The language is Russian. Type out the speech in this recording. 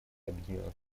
объединенных